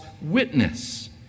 witness